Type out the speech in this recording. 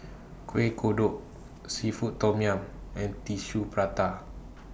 Kuih Kodok Seafood Tom Yum and Tissue Prata